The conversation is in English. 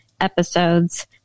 episodes